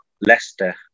Leicester